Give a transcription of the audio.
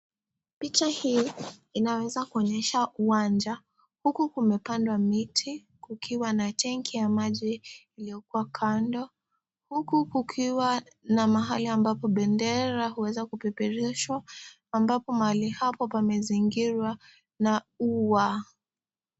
Picha hii inaweza kuonyesha uwanja. Huku kumepandwa miti kukiwa na tenki ya maji iliyokuwa kando. Huku kukiwa na mahali ambapo bendera huweza kupeperushwa ambapo mahali hapo pamezingirwa na ua.